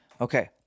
Okay